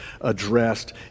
addressed